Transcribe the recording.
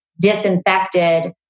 disinfected